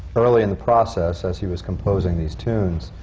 early in the process, as he was composing these tunes,